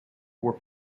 were